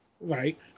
Right